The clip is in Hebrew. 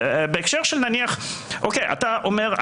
אתה אומר,